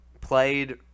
played